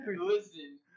listen